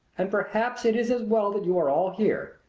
and perhaps it is as well that you are all here,